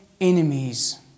enemies